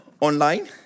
online